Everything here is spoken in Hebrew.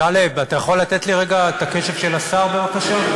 טלב, אתה יכול לתת לי רגע את הקשב של השר, בבקשה?